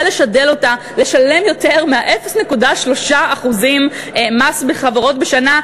לשדל אותה לשלם יותר מה-0.3% מס חברות בשנה,